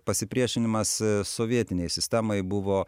pasipriešinimas sovietinei sistemai buvo